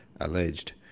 alleged